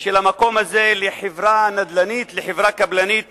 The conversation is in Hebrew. של המקום הזה לחברה נדל"נית, לחברה קבלנית